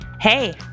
Hey